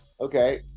Okay